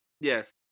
Yes